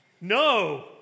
No